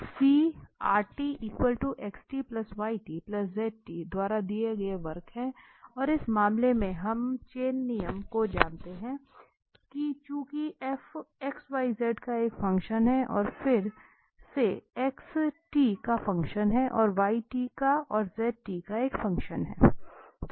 तो C द्वारा दिया गया वक्र है और इस मामले में हम चेन नियम से जानते हैं कि चूंकि f xyz का एक फंक्शन है और फिर से x t का फ़ंक्शन है और y t का और z t एक फ़ंक्शन है